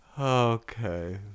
okay